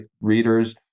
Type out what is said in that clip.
readers